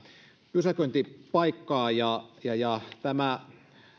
pysäköintipaikkaa tämä